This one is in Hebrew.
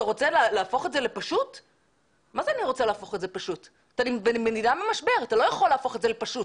אתה מדינה במשבר, אתה לא יכול להפוך את זה לפשוט.